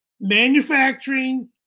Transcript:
manufacturing